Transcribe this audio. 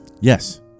Yes